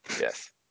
Yes